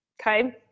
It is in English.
okay